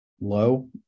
low